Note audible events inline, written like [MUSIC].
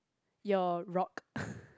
your rock [BREATH]